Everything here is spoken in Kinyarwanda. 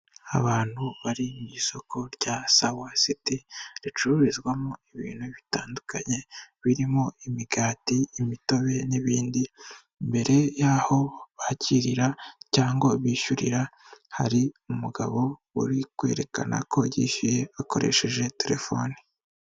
Abantu bari mu isoko rya sawa siti ricururizwamo ibintu bitandukanye, birimo imigati imitobe n'ibindi mbere y'aho bakirira cyangwa bishyurira, hari umugabo uri kwerekana ko yishyuye akoresheje telefoni.